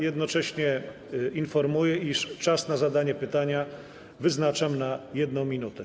Jednocześnie informuję, iż czas na zadanie pytania wyznaczam na 1 minutę.